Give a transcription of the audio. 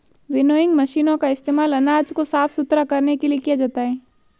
winnowing मशीनों का इस्तेमाल अनाज को साफ सुथरा करने के लिए किया जाता है